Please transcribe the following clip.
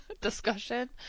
discussion